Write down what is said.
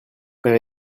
père